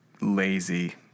lazy